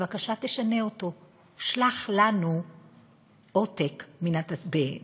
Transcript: בבקשה תשנה אותו, שלח לנו עותק ב"וורד",